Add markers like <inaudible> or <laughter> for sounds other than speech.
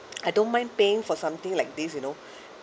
I don't mind paying for something like this you know <breath>